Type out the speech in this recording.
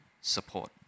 support